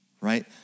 Right